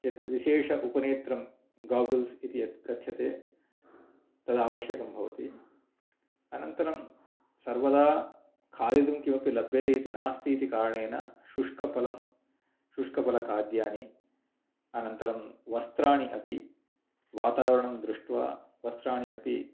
यद् विशेष उपनेत्रं गोगल्स् इति यत् कथ्यते तद् आवश्यकं भवति अनन्तरं सर्वदा खादितुं किमपि लभ्यते इति नास्ति इति कारणेन शुष्कफलं शुष्कफलखाद्यानि अनन्तरं वस्त्राणि अपि वातावरणं दृष्ट्वा वस्त्राणि अपि